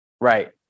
Right